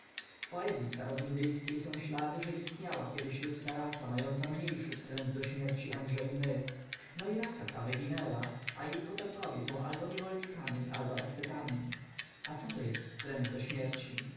w poezyi staro-indyjskiej są ślady że istniała kiedyś ludzka rasa mająca mniejszy wstręt do śmierci aniżeli my no i rasa ta wyginęła a jej potomkowie są albo niewolnikami albo ascetami a coto jest wstręt do śmierci